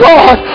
God